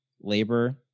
labor